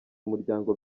umuryango